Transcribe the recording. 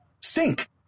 sink